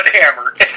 hammer